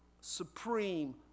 supreme